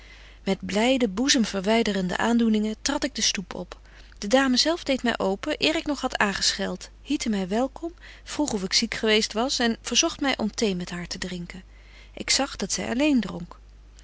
met blyde boezemverwyderende aandoeningen trad ik den stoep op de dame zelf deedt my open eer ik nog had aangeschelt hiette my welkom vroeg of ik ziek geweest was en verzogt my om thee met haar te drinken ik zag dat zy alleen dronk